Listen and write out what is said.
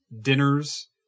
dinners